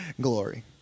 Glory